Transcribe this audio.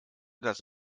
das